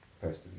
personally